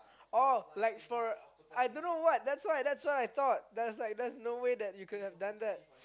oh like for I don't know what that's why that's why I thought there is like there's no way that you could have done that